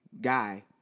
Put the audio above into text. guy